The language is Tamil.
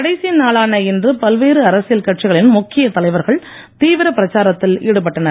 கடைசி நாளான இன்று பல்வேறு அரசியல் கட்சிகளின் முக்கிய தலைவர்கள் தீவிர பிரச்சாரத்தில் ஈடுபட்டனர்